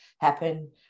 happen